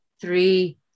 three